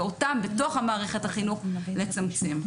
ואותם, בתוך מערכת החינוך, לצמצם.